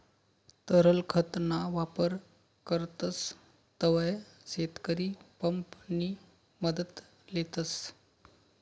तरल खत ना वापर करतस तव्हय शेतकरी पंप नि मदत लेतस